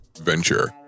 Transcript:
venture